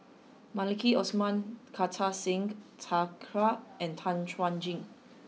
Maliki Osman Kartar Singh Thakral and Tan Chuan Jin